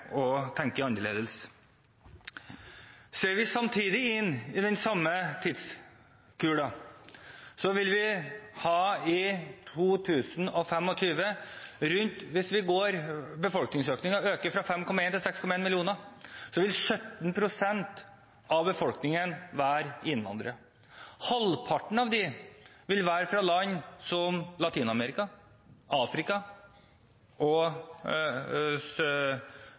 å tenke nytt, og vi trenger å tenke annerledes. Ser vi samtidig inn i den samme tidskula, vil i 2025 – hvis befolkningen øker fra 5,1 til 6,1 millioner – 17 pst. av befolkningen være innvandrere. Halvparten av dem vil være fra land som Latin-Amerika, Sør-Amerika, Afrika og